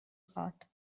hot